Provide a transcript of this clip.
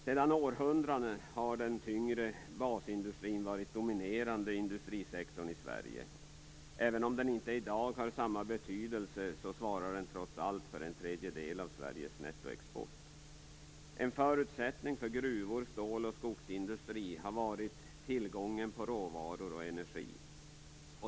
Sedan århundraden har den tyngre basindustrin varit den dominerande industrisektorn i Sverige. Även om den i dag inte har samma betydelse svarar den trots allt för en tredjedel av Sveriges nettoexport. En förutsättning för gruvor, stål och skogsindustri har varit tillgången på råvaror och energi.